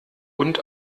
und